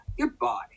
goodbye